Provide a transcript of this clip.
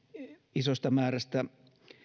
isosta määrästä